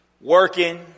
working